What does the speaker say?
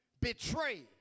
betray